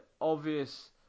obvious